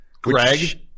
Greg